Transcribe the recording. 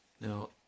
Now